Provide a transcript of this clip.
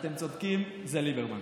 אתם צודקים, זה ליברמן.